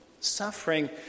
Suffering